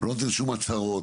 לא נותן שום הצהרות.